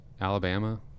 alabama